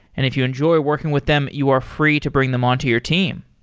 and if you enjoy working with them, you are free to bring them onto your team.